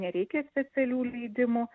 nereikia specialių leidimų